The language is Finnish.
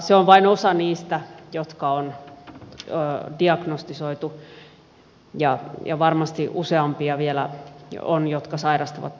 se määrä on vain osa niistä jotka on diagnostisoitu ja varmasti on vielä useampia jotka sairastavat tätä sairautta